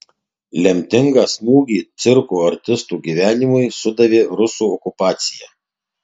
lemtingą smūgį cirko artistų gyvenimui sudavė rusų okupacija